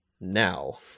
now